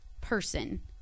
person